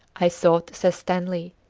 i thought, says stanley,